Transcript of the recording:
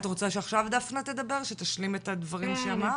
את רוצה שעכשיו דפנה תדבר שתשלים את הדברים שאמרת?